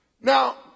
Now